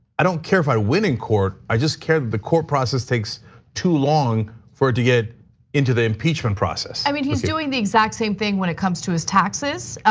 i don't care if i win in court, i just care that the court process takes too long for it to get into the impeachment process. i mean, he's doing the exact same thing when it comes to his taxes.